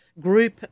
group